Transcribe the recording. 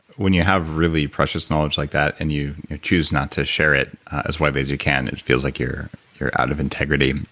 when you have really precious knowledge like that and you choose not to share it as widely as you can, it feels like you're you're out of integrity.